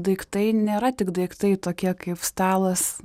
daiktai nėra tik daiktai tokie kaip stalas